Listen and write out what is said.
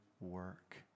work